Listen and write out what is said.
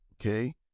okay